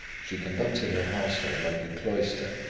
she conducted her household like a cloister.